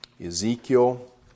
Ezekiel